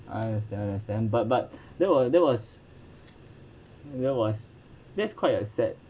I understand I understand but but that was that was that was that's quite uh sad